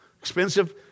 Expensive